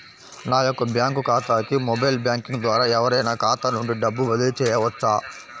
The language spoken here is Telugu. నా యొక్క బ్యాంక్ ఖాతాకి మొబైల్ బ్యాంకింగ్ ద్వారా ఎవరైనా ఖాతా నుండి డబ్బు బదిలీ చేయవచ్చా?